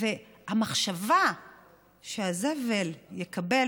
והמחשבה שהזבל יקבל,